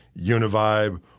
univibe